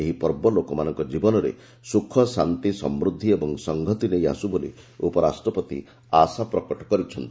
ଏହି ପର୍ବ ଲୋକମାନଙ୍କ ଜୀବନରେ ସୁଖ ଶାନ୍ତି ସମୃଦ୍ଧି ଓ ସଂହତି ନେଇ ଆସୁ ବୋଲି ଉପରାଷ୍ଟ୍ରପତି ଆଶା ପ୍ରକଟ କରିଛନ୍ତି